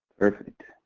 perfect.